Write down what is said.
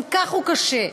גם כך הוא קשה.